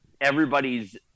everybody's